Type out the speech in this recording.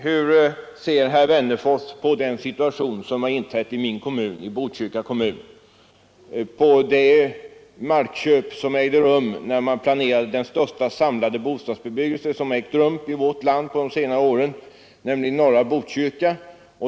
Hur ser herr Wennerfors på den situation som inträtt i min hemkommun, Botkyrka? Jag syftar på det markköp som ägde rum när man planerade en av de största samlade bostadsbebyggelser som ägt rum i vårt land på de senare åren, nämligen norra Botkyrka.